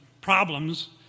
problems